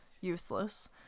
useless